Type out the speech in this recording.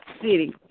city